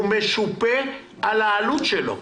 והוא משופה על העלות שלו.